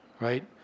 right